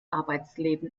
arbeitsleben